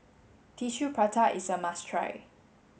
tissue prata is a must try